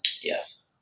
Yes